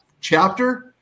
chapter